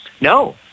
No